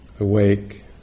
awake